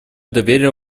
доверие